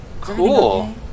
Cool